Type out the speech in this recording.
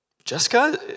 Jessica